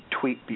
tweet